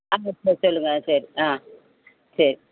சொல்லுங்கள் சரி ஆ சரி